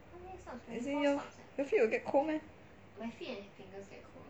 as in your feet will get cold meh